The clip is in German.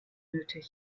nötig